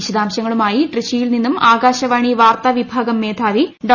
വിശദാംശങ്ങളുമായി ട്രിച്ചിയിൽ നിന്നും ആകാശവാണി വാർത്താ വിഭാഗം മേധാവി ഡോ